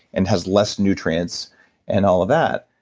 and has less nutrients and all of that.